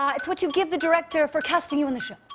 um it's what you give the director for casting you in the show.